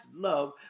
love